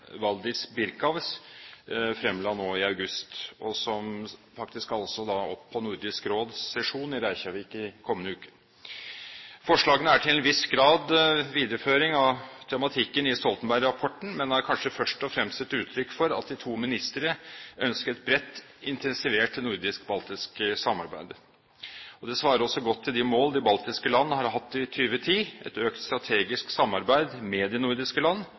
Valdis Birkavs, fremla nå i august, og som faktisk skal opp på Nordisk Råds sesjon i kommende uke. Forslagene er til en viss grad en videreføring av tematikken i Stoltenberg-rapporten, men er kanskje først og fremst et uttrykk for at de to ministrene ønsker et bredt intensivert nordisk-baltisk samarbeid. Det svarer også godt til de mål de baltiske land har hatt i 2010, om et økt strategisk samarbeid med de nordiske land